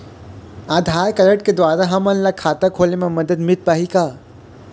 आधार card के द्वारा हमन ला खाता खोले म मदद मिल पाही का?